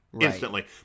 instantly